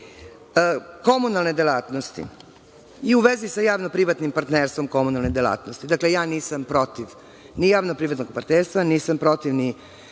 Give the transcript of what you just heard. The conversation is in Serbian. menjamo. Komunalne delatnosti i u vezi sa javno-privatnim partnerstvom komunalne delatnosti, ja nisam protiv ni javno-privatnog partnerstva, nisam protiv ni